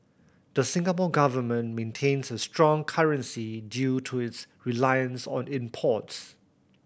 the Singapore Government maintains a strong currency due to its reliance on imports